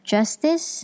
Justice